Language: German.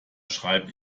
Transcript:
schreibe